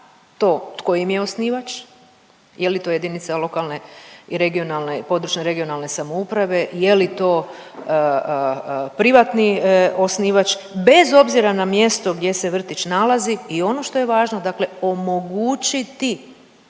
to tko im je osnivač, je li to jedinica lokalne i regionalne, područne regionalne samouprave, je li to privatni osnivač, bez obzira na mjesto gdje se vrtić nalazi i ono što je važno dakle omogućiti